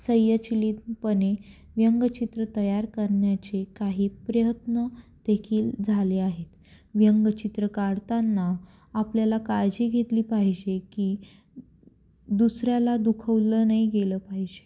स्वयंचलितपणे व्यंगचित्र तयार करण्याचे काही प्रयत्न देखील झाले आहेत व्यंगचित्र काढतांना आपल्याला काळजी घेतली पाहिजे की दुसऱ्याला दुखवलं नाही गेलं पाहिजे